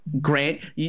Grant